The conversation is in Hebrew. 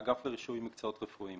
האגף לרישוי מקצועות רפואיים.